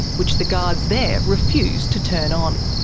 which the guards there refused to turn on.